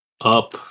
up